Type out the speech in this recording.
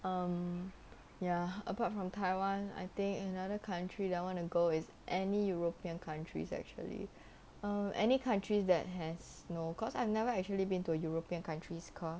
um ya apart from taiwan I think another country that I wanna go is any european countries actually uh any countries that has no cause I've never actually been to european countries cause